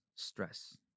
Stress